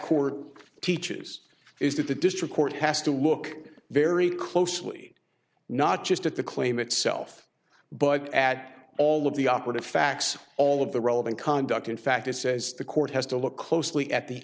court teaches is that the district court has to look very closely not just at the claim itself but at all of the operative facts all of the relevant conduct in fact it says the court has to look closely at the